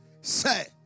Say